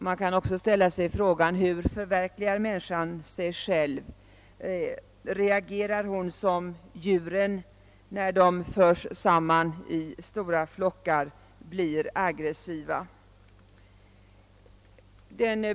Man kan också ställa frågan hur människan förverkligar sig själv. Reagerar hon som djuren som när de förs samman i stora flockar blir aggressiva?